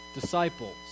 Disciples